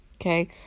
Okay